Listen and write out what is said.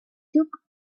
took